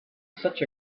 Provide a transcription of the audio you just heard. such